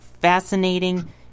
fascinating